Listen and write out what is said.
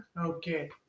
okay